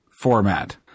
format